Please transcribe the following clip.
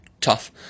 tough